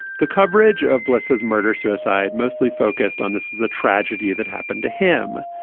the coverage of bliss as murder suicide mostly focused on this is the tragedy that happened to him,